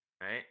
Right